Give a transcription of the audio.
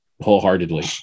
wholeheartedly